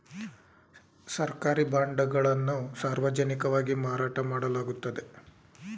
ಸರ್ಕಾರಿ ಬಾಂಡ್ ಗಳನ್ನು ಸಾರ್ವಜನಿಕವಾಗಿ ಮಾರಾಟ ಮಾಡಲಾಗುತ್ತದೆ